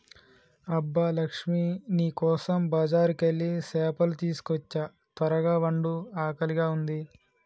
అబ్బ లక్ష్మీ నీ కోసం బజారుకెళ్ళి సేపలు తీసుకోచ్చా త్వరగ వండు ఆకలిగా ఉంది